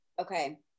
okay